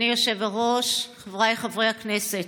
אדוני היושב-ראש, חבריי חברי הכנסת,